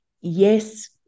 yes